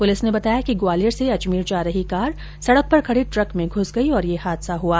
police ने बताया कि ग्वालियर से अजमेर जा रही कार सड़क पर खड़े ट्रक में घुस गई और यह हादसा हआ